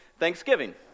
Thanksgiving